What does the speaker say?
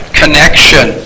connection